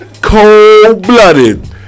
Cold-blooded